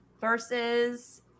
versus